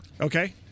Okay